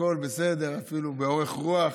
הכול בסדר, אפילו באורך רוח.